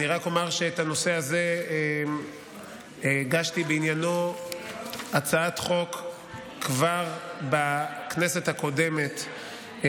אני רק אומר שבנושא הזה הגשתי הצעת חוק כבר בכנסת הקודמת,